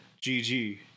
gg